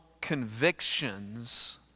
convictions